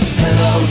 hello